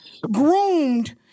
groomed